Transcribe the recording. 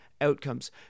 outcomes